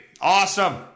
awesome